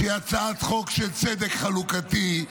שהיא הצעת חוק של צדק חלוקתי,